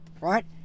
right